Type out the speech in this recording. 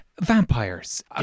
vampires